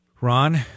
Ron